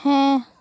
ᱦᱮᱸ